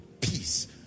peace